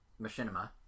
Machinima